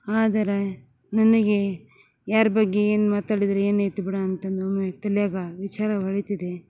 ಆದರೆ ನನಗೆ ಯಾರು ಬಗ್ಗಿ ಏನು ಮಾತಾಡಿದ್ರೆ ಏನು ಐತೆ ಬಿಡು ಅಂತ ನಮ್ಮ ಈ ತಲೆಯಾಗ ವಿಚಾರ ಹೊಳಿತಿದೆ